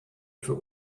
für